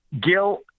Gil